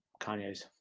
Kanye's